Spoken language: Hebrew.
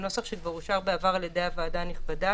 זה נוסח שכבר אושר בעבר על-ידי הוועדה הנכבדה.